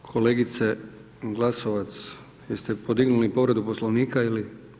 Kolegica Glasovac, jeste podignuli povredu Poslovnika ili…